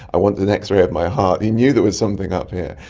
i want an x-ray of my heart, he knew there was something up here.